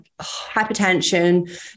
hypertension